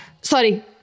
Sorry